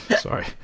Sorry